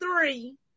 three